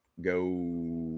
go